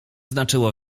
znaczyło